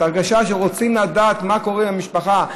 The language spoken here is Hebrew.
את ההרגשה שרוצים לדעת מה קורה עם המשפחה,